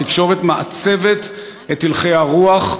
התקשורת מעצבת את הלכי הרוח,